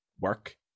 work